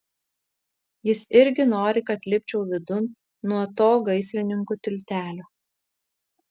jis irgi nori kad lipčiau vidun nuo to gaisrininkų tiltelio